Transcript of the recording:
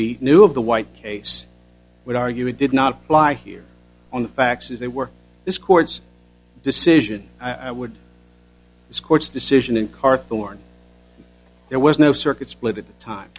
he knew of the white case would argue it did not apply here on the facts as they were this court's decision i would this court's decision in car thorn there was no circuit split at the time